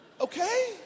Okay